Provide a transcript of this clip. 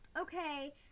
okay